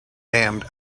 damned